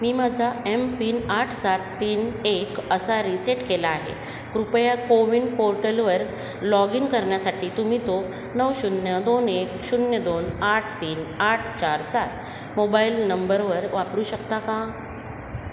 मी माझा एमपिन आठ सात तीन एक असा रिसेट केला आहे कृपया कोविन पोर्टलवर लॉग इन करण्यासाठी तुम्ही तो नऊ शून्य दोन एक शून्य दोन आठ तीन आठ चार सात मोबाईल नंबरवर वापरू शकता का